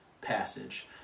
passage